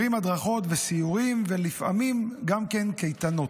מעבירים הדרכות וסיורים ולפעמים גם כן קייטנות.